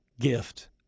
gift